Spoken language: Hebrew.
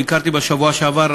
ביקרתי בשבוע שעבר,